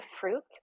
fruit